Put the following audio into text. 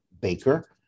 baker